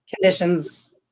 conditions